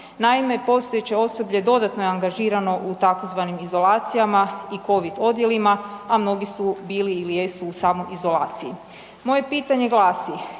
Naime, postojeće osoblje dodatno je angažirano u tzv. izolacijama i COVID odjelima, a mnogi su bili ili jesu u samoizolaciji. Moje pitanje glasi,